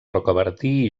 rocabertí